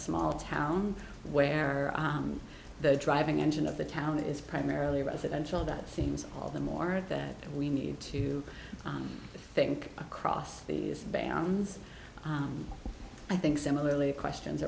small town where the driving engine of the town is primarily residential that seems all the more that we need to think across the ban on i think similarly questions